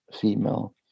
female